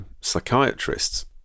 psychiatrists